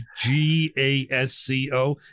G-A-S-C-O